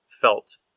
felt